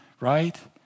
right